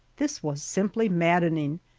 this was simply maddening,